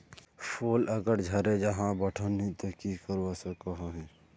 फूल अगर झरे जहा बोठो नी ते की करवा सकोहो ही?